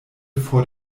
vor